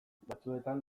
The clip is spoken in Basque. batzuetan